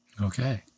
Okay